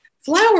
flower